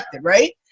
right